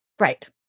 Right